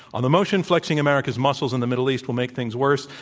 on the motion flexing america's muscles in the middle east will make things worse,